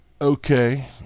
Okay